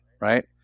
right